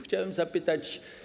Chciałem zapytać.